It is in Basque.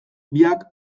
biak